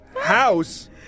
House